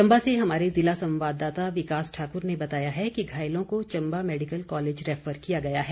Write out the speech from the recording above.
चंबा से हमारे जिला संवाददाता विकास ठाकुर ने बताया है कि घायलों को चंबा मैडिकल कॉलेज रैफर किया गया है